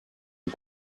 est